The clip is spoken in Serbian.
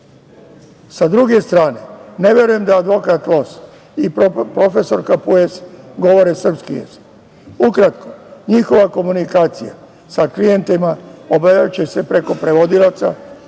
Sa druge strane, ne verujem da advokat Los i profesorka Pues govore srpski jezik. Ukratko njihova komunikacija sa klijentima obavljaće se preko prevodilaca,